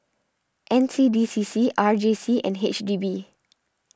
N C D C C R J C and H D B